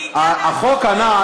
קודם כול,